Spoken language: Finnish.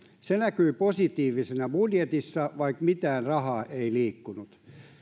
se näkyi positiivisena budjetissa vaikka mitään rahaa ei liikkunut